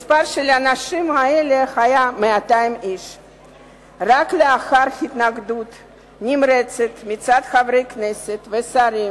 מספר האנשים האלה היה 200. רק לאחר התנגדות נמרצת מצד חברי כנסת ושרים